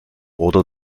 oder